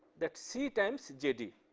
that c times jd.